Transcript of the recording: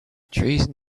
treason